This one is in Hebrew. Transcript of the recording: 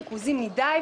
ריכוזי מדי,